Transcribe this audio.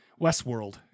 Westworld